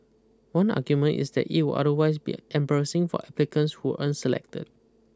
one argument is that it would otherwise be embarrassing for applicants who aren't selected